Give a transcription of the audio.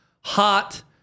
hot